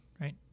right